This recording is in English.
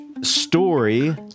Story